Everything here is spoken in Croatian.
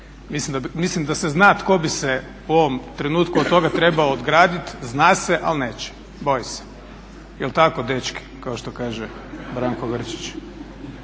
Mislim da se zna tko bi se u ovom trenutku od toga trebao ograditi, zna se ali neće, boji se. Jel tako dečki, kao što kaže Branko Grčić.